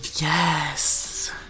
Yes